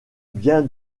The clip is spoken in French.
bien